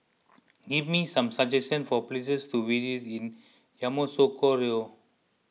give me some suggestions for places to visit in Yamoussoukro